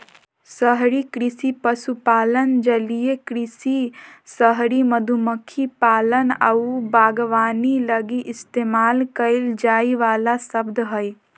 शहरी कृषि पशुपालन, जलीय कृषि, शहरी मधुमक्खी पालन आऊ बागवानी लगी इस्तेमाल कईल जाइ वाला शब्द हइ